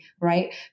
right